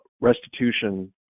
restitution